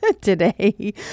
today